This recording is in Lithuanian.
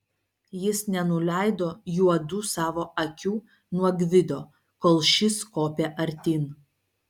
jis nenuleido juodų savo akių nuo gvido kol šis kopė artyn